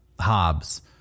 Hobbes